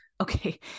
okay